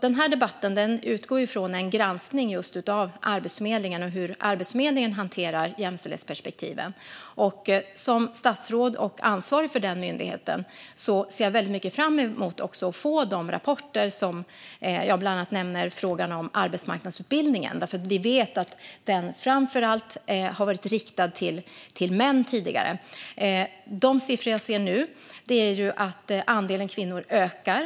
Den här debatten utgår från en granskning av Arbetsförmedlingen och hur Arbetsförmedlingen hanterar jämställdhetsperspektiven. Som statsråd och ansvarig för denna myndighet ser jag väldigt mycket fram emot att få de rapporter som bland annat tar upp det som jag nämner: frågan om arbetsmarknadsutbildningen. Vi vet ju att den framför allt har varit riktad till män tidigare. De siffror jag ser nu visar att andelen kvinnor ökar.